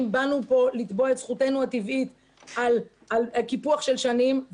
שבאו לכאן לתבוע את זכותנו הטבעית על קיפוח של שנים.